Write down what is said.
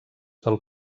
del